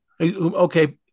Okay